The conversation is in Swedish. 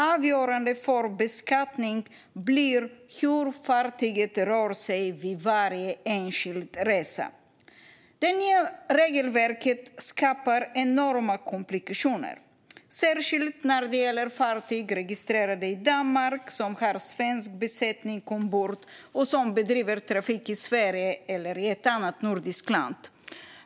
Avgörande för beskattningen blir i stället hur fartyget rör sig vid varje enskild resa. Det nya regelverket skapar enorma komplikationer, särskilt när det gäller fartyg registrerade i Danmark som har svensk besättning ombord och som bedriver trafik i Sverige eller i ett annat nordiskt land.